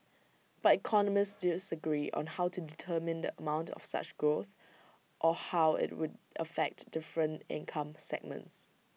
but economists disagree on how to determine the amount of such growth or how IT would affect different income segments